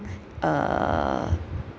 uh